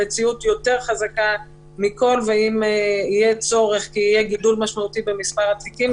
המציאות יותר חזקה מכל ואם יהיה צורך ויהיה גידול משמעותי במספר התיקים,